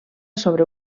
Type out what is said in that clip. sobre